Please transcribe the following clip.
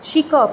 शिकप